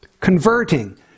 converting